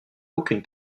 aucune